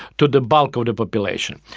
to the bulk of the population.